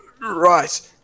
Right